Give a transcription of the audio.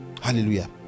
Hallelujah